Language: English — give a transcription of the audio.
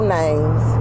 names